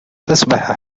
تسبح